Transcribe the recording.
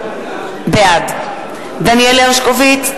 בעד דניאל הרשקוביץ,